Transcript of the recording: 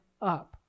up